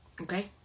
Okay